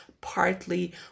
partly